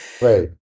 Right